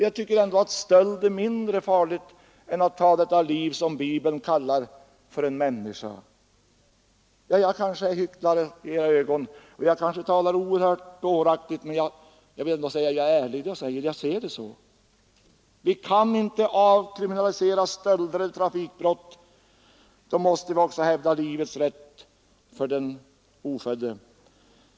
Jag tycker ändå att stöld är någonting mindre farligt än att ta ett liv som Bibeln kallar för ett människoliv. Jag är kanske en hycklare i era ögon, och jag kanske talar oerhört dåraktigt, men jag är ärlig när jag säger att jag ser det så här. Vi kan inte avkriminalisera stölder eller trafikbrott. Därför måste vi också hävda den oföddes rätt till liv.